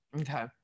Okay